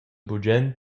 bugen